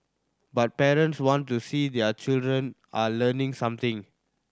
but parents want to see their children are learning something